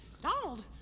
Donald